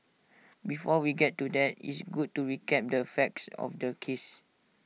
before we get to that it's good to recap the facts of the case